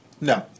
No